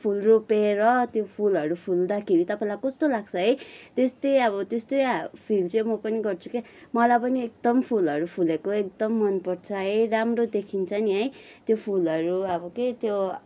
फुल रोपेर त्यो फुलहरू फुल्दाखेरि तपाईँलाई कस्तो लाग्छ है त्यस्तै अब त्यस्तै फिल चाहिँ म पनि गर्छु क्या मलाई पनि मलाई एकदम फुलहरू फुलेको एकदम मन पर्छ है राम्रो देखिन्छ नि है त्यो फुलहरू अब के त्यो